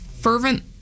fervent